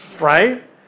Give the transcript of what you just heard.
right